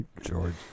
George